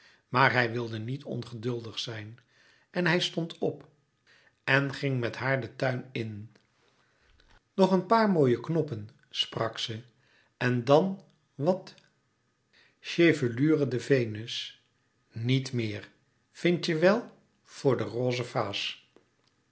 maar hij wilde niet ongeduldig zijn en hij stond op en ging met haar den tuin in nog een paar mooie knoppen sprak ze en dan wat chevelure de venus niet meer vindt je wel voor de roze vaas